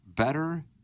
Better